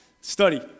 Study